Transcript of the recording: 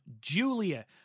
Julia